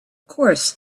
course